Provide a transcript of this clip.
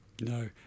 No